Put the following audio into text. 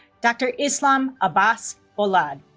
dr. islam abbas bolad